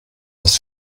das